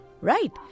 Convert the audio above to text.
Right